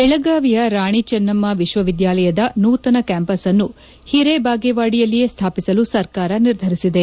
ಬೆಳಗಾವಿಯ ರಾಣಿ ಚನ್ನಮ್ಮ ವಿಶ್ವವಿದ್ಯಾಲಯದ ನೂತನ ಕ್ಯಾಂಪಸ್ ಅನ್ನು ಹಿರೇಬಾಗೇವಾಡಿಯಲ್ಲಿಯೇ ಸ್ಥಾಪಿಸಲು ಸರ್ಕಾರ ನಿರ್ಧರಿಸಿದೆ